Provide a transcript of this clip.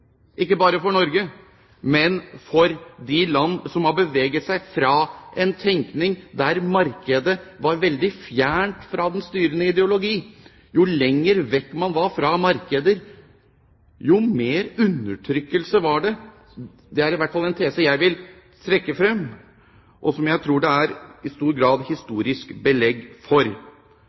ikke bare for Norge, men for de land som har beveget seg fra en tenkning der markedet var veldig fjernt fra den styrende ideologi. Jo lenger vekk man var fra markeder, jo mer undertrykkelse var det. Det er i hvert fall en tese jeg vil trekke frem, og som jeg tror det i stor grad er historisk belegg for.